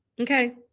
Okay